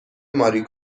ماری